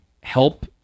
help